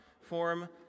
form